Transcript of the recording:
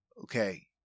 Okay